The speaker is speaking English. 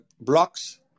blocks